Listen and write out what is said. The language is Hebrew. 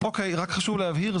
אוקיי רק חשוב להבהיר,